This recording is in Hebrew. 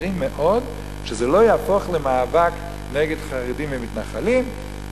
שזה לא יהפוך למאבק נגד חרדים ומתנחלים.